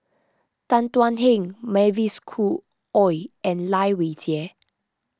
Tan Thuan Heng Mavis Khoo Oei and Lai Weijie